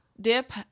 dip